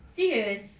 serious